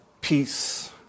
peace